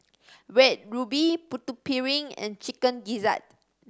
Red Ruby Putu Piring and Chicken Gizzard